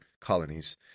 colonies